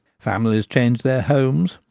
families change their homes,